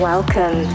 Welcome